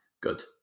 Good